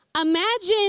Imagine